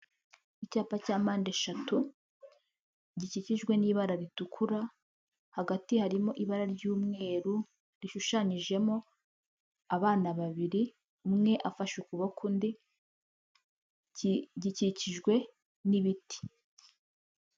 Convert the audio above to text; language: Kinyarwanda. Icyapa cya mpande eshatu gikikijwe n'ibara ritukura hagati harimo ibara ry'umweru rishushanyijemo abana babiri, umwe afashe ukuboko undi, gikikijwe nibiti.